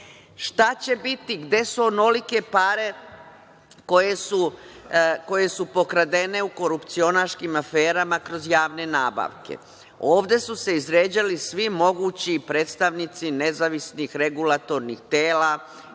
će biti, gde su onolike pare koje su pokradene u korupcionaškim aferama kroz javne nabavke? Ovde su se izređali svi mogući predstavnici nezavisnih regulatornih tela.